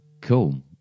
cool